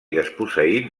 desposseït